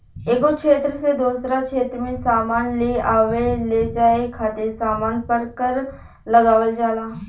एगो क्षेत्र से दोसरा क्षेत्र में सामान लेआवे लेजाये खातिर सामान पर कर लगावल जाला